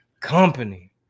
company